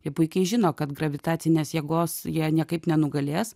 jie puikiai žino kad gravitacinės jėgos jie niekaip nenugalės